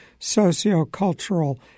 sociocultural